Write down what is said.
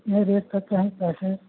नहीं रेट का क्या है पैसे